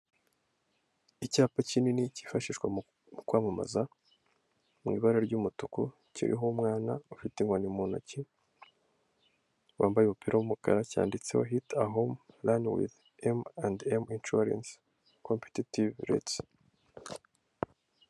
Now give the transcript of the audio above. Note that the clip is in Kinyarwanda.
Icyapa kinini cyifashishwa mu kwamamaza mu ibara ry'umutuku kiriho umwana ufite inkoni mu ntoki wambaye ubupiro w'umukara cyanditseho hiti homu wizi emu andi emu inshuwarensi kompentitivu.